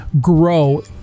grow